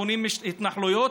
בונים התנחלויות,